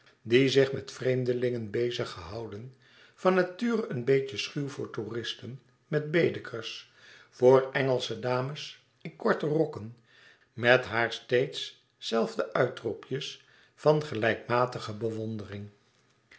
ontmoet zich met vreemdelingen bezig gehouden van nature een beetje schuw voor toeristen met baedekers voor engelsche dames in korte rokken met haar steeds zelfde uitroepjes van gelijkmatige bewondering